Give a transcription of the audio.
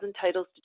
titles